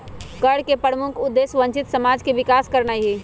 कर के प्रमुख उद्देश्य वंचित समाज के विकास करनाइ हइ